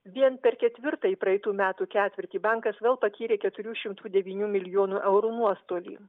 vien per ketvirtąjį praeitų metų ketvirtį bankas vėl patyrė keturių šimtų devynių milijonų eurų nuostolį